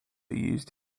used